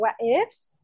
what-ifs